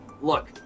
look